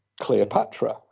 Cleopatra